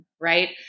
right